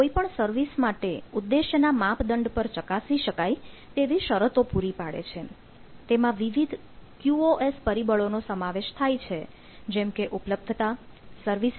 નું નિર્માણ કરવામાં એસ